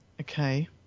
Okay